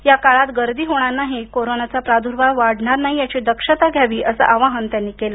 याकाळात गर्दी होणार नाही कोरोनाचा प्रादूर्भाव वाढणार नाही याची दक्षता घ्यावी असे आवाहन त्यांनी केलं